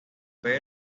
fue